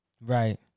Right